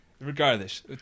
Regardless